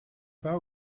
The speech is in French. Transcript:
pas